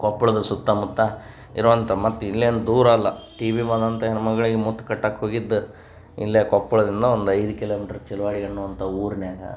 ಕೊಪ್ಳದ ಸುತ್ತಮುತ್ತ ಇರುವಂಥ ಮತ್ತೆ ಇಲ್ಲೇನು ದೂರ ಅಲ್ಲ ಟಿ ಬಿ ಬಂದಂಥ ಹೆಣ್ಮಗ್ಳಿಗೆ ಮುತ್ತು ಕಟ್ಟೋಕ್ ಹೋಗಿದ್ದು ಇಲ್ಲೇ ಕೊಪ್ಪಳದಿಂದ ಒಂದು ಐದು ಕಿಲೋಮೀಟ್ರ್ ಚೆಲುವಾಡಿ ಅನ್ನೋ ಅಂಥ ಊರ್ನಾಗ